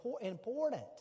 important